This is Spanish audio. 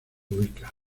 ubica